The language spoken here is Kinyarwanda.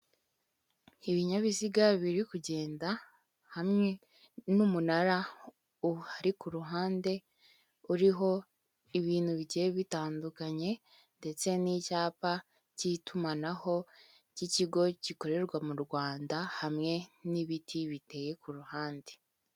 Ibinyabiziga biri kugenda hamwe n'umunara uri ku ruhande uriho ibintu bigiye bitandukanye, ndetse n'icyapa cy'itumanaho cy'ikigo gikorerwa mu Rwanda hamwe n'ibiti biteye ku ruhande.